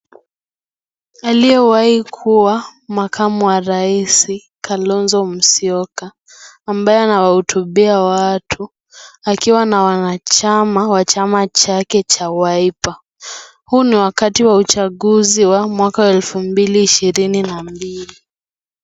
Aliyewahi kuwa makamu wa rais, Kalonzo Musyoka, ambaye anahutubia watu akiwa na wanachama wa chama chake cha Wiper. Huu ni wakati wa uchaguzi wa 2022.